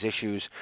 issues